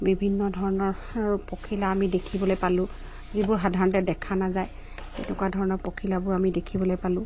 বিভিন্ন ধৰণৰ পখিলা আমি দেখিবলৈ পালোঁ যিবোৰ সাধাৰণতে দেখা নাযায় তেনেকুৱা ধৰণৰ পখিলাবোৰ আমি দেখিবলৈ পালোঁ